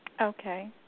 Okay